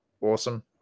awesome